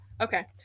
okay